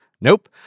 Nope